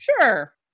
Sure